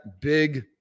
big